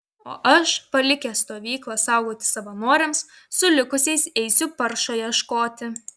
o aš palikęs stovyklą saugoti savanoriams su likusiais eisiu paršo ieškoti